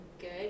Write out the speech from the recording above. good